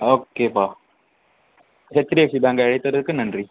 ஓகேப்பா ஹெச்டிஎஃப்சி பேங்க்கை அழைத்ததற்கு நன்றி